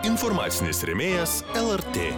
informacinis rėmėjas lrt